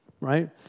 right